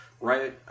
right